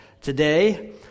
today